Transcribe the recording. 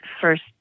first